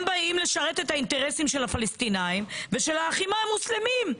הם באים לשרת את האינטרסים של הפלסטינים ושל האחים המוסלמים.